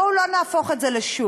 בואו לא נהפוך את זה לשוק.